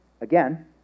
again